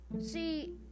see